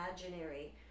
imaginary